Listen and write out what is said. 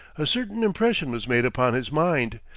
a certain impression was made upon his mind,